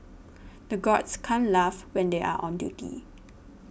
the guards can't laugh when they are on duty